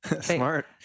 smart